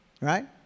right